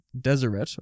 Deseret